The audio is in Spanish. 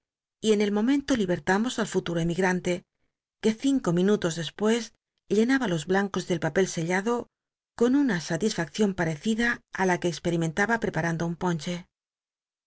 y en el momento liamos al futuro emigrante que cinco minut os de pues llenaba los blancos del papel sellado con una satisfaccion patecida rl la que expcrin'len taba preparando un ponche